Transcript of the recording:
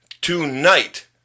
tonight